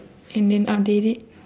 and then update it